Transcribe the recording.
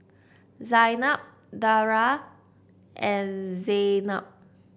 Zaynab Dara and Zaynab